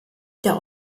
der